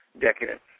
Decadent